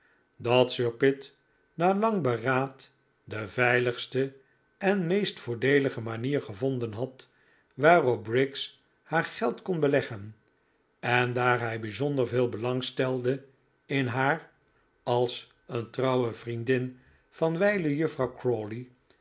dat sir pitt na lang beraad de veiligste en meest voordeelige manier gevonden had waarop briggs haar geld kon beleggen en daar hij bijzonder veel belang stelde in haar als een trouwe vriendin van wijlen juffrouw